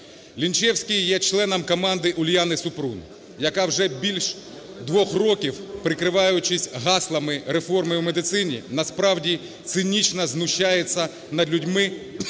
Лінчевський є членом команди Уляни Супрун, яка вже більш двох років, прикриваючись гаслами, реформою в медицині, насправді цинічно знущається над людьми